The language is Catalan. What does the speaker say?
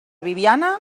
bibiana